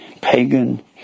pagan